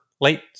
late